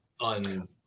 on